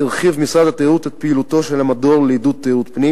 הרחיב משרד התיירות את פעילותו לעידוד תיירות פנים